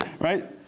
Right